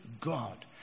God